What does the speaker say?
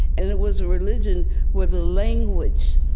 and it was a religion where the language